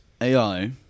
AI